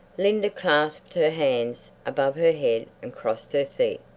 linda clasped her hands above her head and crossed her feet.